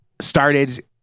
started